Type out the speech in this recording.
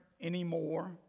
anymore